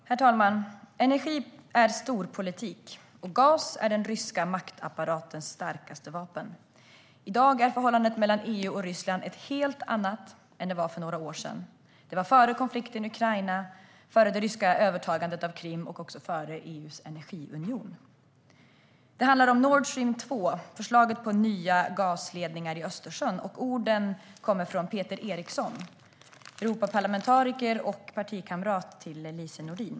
Herr talman! "Energi är storpolitik och gas är den ryska maktapparatens starkaste vapen." I dag är förhållandet mellan EU och Ryssland ett helt annat än det var för några år sedan. Det var före konflikten i Ukraina, före det ryska övertagandet av Krim och också före EU:s energiunion. Det handlar om Nord Stream 2, förslaget till nya gasledningar i Östersjön, och de ord jag nyss läste upp kommer från Peter Eriksson, Europaparlamentariker och partikamrat till Lise Nordin.